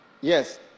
yes